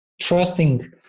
trusting